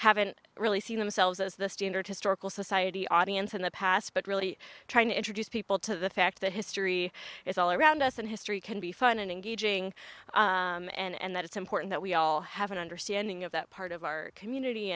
haven't really seen themselves as the standard historical society audience in the past but really trying to introduce people to the fact that history is all around us and history can be fun and engaging and that it's important that we all have an understanding of that part of our community